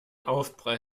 aufprall